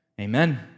Amen